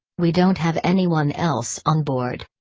we don't have anyone else on board.